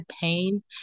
pain